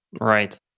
Right